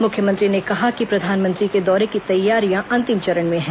मुख्यमंत्री ने कहा कि प्रधानमंत्री के दौरे की तैयारियां अंतिम चरण में है